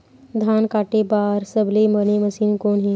धान काटे बार सबले बने मशीन कोन हे?